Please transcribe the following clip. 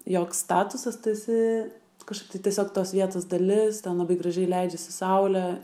joks statusas tu esi kažkokia tiesiog tos vietos dalis ten labai gražiai leidžiasi saulė